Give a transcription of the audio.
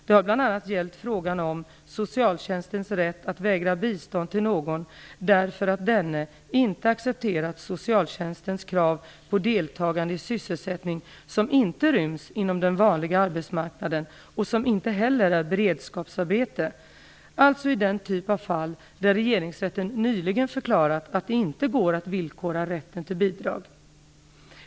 Det har bl.a. gällt frågan om socialtjänstens rätt att vägra bistånd till någon därför att denne inte accepterat socialtjänstens krav på deltagande i sysselsättning, som inte ryms inom den vanliga arbetsmarknaden och som inte heller är beredskapsarbete, alltså i den typ av fall där regeringsrätten nyligen förklarat att det inte går att villkora rätten till bidrag.